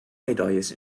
medailles